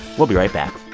we'll be right back